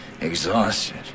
exhausted